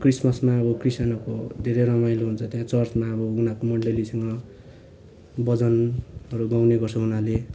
क्रिसमसमा अब क्रिस्चियनहरूको धेरै रमाइलो हुन्छ त्यहाँ चर्चमा अब उनीहरूको मण्डलीसँग भजनहरू गाउने गर्छ उनीहरूले